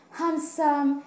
handsome